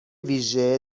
ویژه